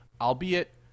albeit